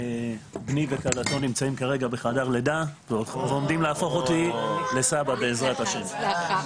בני וכלתו נמצאים כרגע בחדר לידה ועומדים להפוך אותי לסבא בעזרת השם.